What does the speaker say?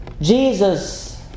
Jesus